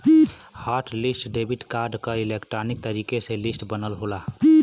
hot list debit card क electronic तरीके से लिस्ट बनल होला